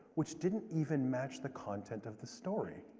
which didn't even match the content of the story.